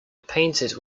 painted